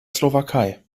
slowakei